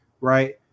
right